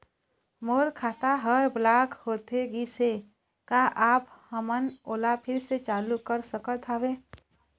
मोर खाता हर ब्लॉक होथे गिस हे, का आप हमन ओला फिर से चालू कर सकत हावे?